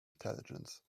intelligence